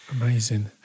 amazing